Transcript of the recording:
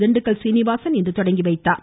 திண்டுக்கல் சீனிவாசன் இன்று தொடங்கிவைத்தார்